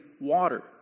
water